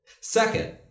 Second